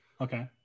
okay